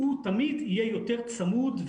הוא תמיד יהיה יותר צמוד,